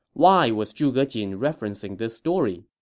why was zhuge jin referencing this story?